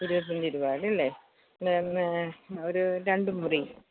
ഇരുപത്തഞ്ച് രൂപായ്ക്കല്ലേ പിന്നെ ഒരു രണ്ട് മുറി